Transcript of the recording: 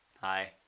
Hi